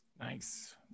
Nice